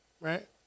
right